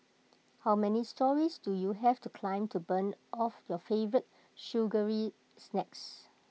how many storeys do you have to climb to burn off your favourite sugary snacks